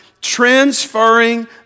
transferring